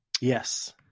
Yes